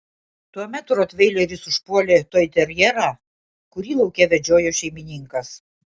tuomet rotveileris užpuolė toiterjerą kurį lauke vedžiojo šeimininkas